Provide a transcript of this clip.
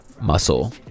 muscle